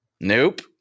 nope